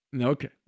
Okay